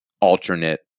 alternate